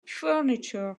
furniture